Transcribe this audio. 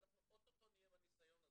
ואנחנו אוטוטו נהיה עם הניסיון הזה,